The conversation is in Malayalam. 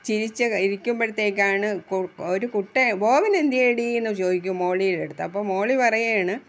ചിരിച്ചു ഇരിക്കുമ്പോഴത്തേക്കാണ് കു ഒരു കുട്ട ബോബനെന്ത്യേടി എന്നു ചോദിക്കും മോളിയുടെ അടുത്ത് അപ്പം മോളി പറയുകയാണ്